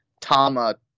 Tama